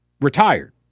retired